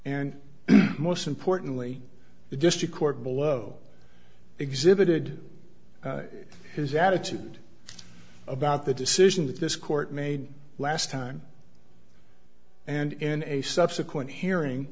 and most importantly the district court below exhibited his attitude about the decision that this court made last time and in a subsequent hearing